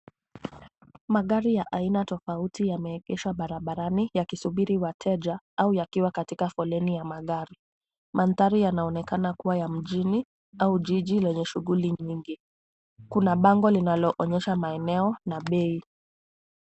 Magari ya aina tofauti yameegeshwa barabarani yakisuburi wateja au yakiwa katika foleni ya magari. Mandhari yanaonekana kuwa ya mjini au jiji lenye shughuli nyingi. Kuna bango nilaloenyesha maeneo na bei.